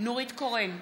נורית קורן,